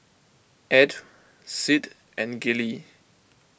Edw Sid and Gillie